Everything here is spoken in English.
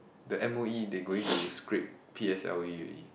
the m_o_e they going to scrap p_s_l_e already